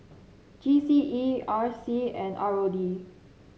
G C E R C and R O D